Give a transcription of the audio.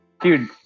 Dude